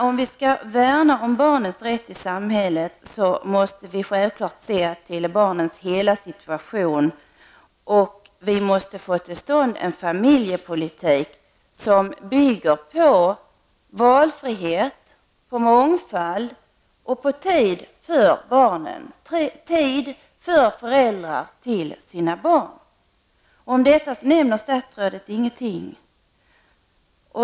Om vi skall värna barnens rätt i samhället måste vi självfallet se till barnens hela situation. Vi måste få till stånd en familjepolitik som bygger på valfrihet och mångfald och på att föräldrarna har tid för sina barn. Om detta nämner statsrådet ingenting.